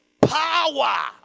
power